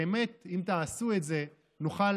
באמת, אם תעשו את זה, נוכל